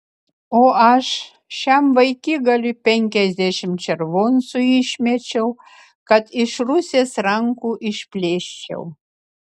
o aš šiam vaikigaliui penkiasdešimt červoncų išmečiau kad iš rusės rankų išplėščiau